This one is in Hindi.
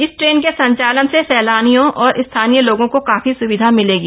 इस ट्रेन के संचालन से सैलानियों और स्थानीय लोगों को काफी सुविधा मिलेगी